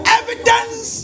evidence